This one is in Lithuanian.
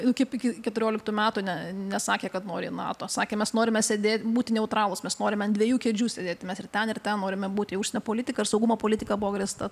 iki keturioliktų metų ne nesakė kad nori į nato sakė mes norime sėdė būti neutralūs mes norime ant dviejų kėdžių sėdėti mes ir ten ir ten norime būti jų užsienio politika saugumo politika buvo grįsta